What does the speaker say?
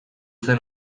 zen